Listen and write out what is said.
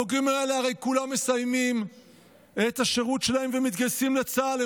הבוגרים האלה הרי כולם מסיימים את השירות שלהם ומתגייסים לצה"ל.